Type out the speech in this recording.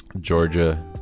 Georgia